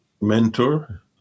mentor